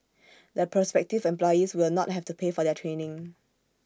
the prospective employees will not have to pay for their training